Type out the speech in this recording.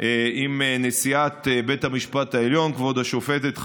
עם נשיאת בית המשפט העליון כבוד השופטת חיות,